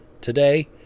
today